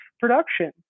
production